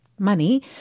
money